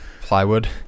plywood